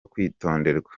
kwitonderwa